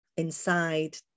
Inside